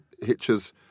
hitches